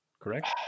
Correct